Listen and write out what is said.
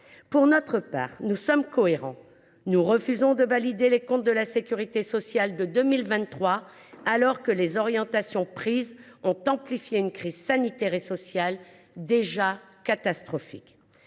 Pour notre part, nous sommes cohérents, nous refusons de valider les comptes de la sécurité sociale de 2023 alors que les orientations prises ont amplifié une crise sanitaire et sociale déjà catastrophique.